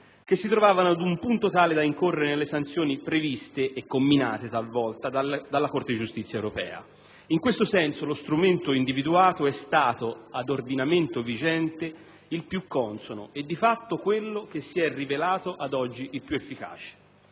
che si trovavano ad un punto tale da incorrere nelle sanzioni previste, e comminate talvolta, dalla Corte di giustizia europea. In questo senso, lo strumento individuato è stato, ad ordinamento vigente, il più consono e di fatto quello che si è rivelato ad oggi il più efficace.